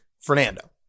Fernando